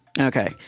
Okay